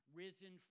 risen